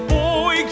boy